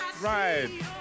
right